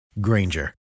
Granger